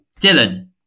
Dylan